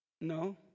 No